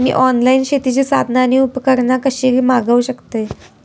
मी online शेतीची साधना आणि उपकरणा कशी मागव शकतय?